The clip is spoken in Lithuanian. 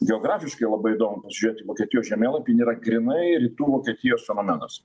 geografiškai labai įdomu pasižiūrėt į vokietijos žemėlapį jin yra grynai rytų vokietijos fenomenas